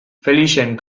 felixen